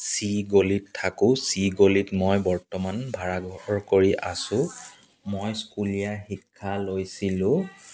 C গলিত থাকোঁ চি গলিত মই বৰ্তমান ভাড়াঘৰ কৰি আছোঁ মই স্কুলীয়া শিক্ষা লৈছিলোঁ